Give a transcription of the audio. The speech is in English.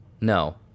No